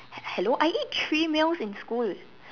hello I eat three meals in school